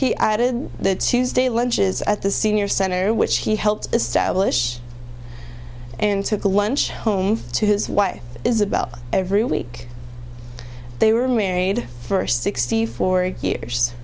jensen he added the tuesday lunches at the senior center which he helped establish and took a lunch home to his wife is about every week they were married for sixty four years